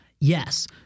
Yes